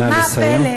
נא לסיים.